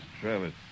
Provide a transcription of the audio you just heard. Travis